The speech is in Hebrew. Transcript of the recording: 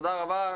תודה רבה.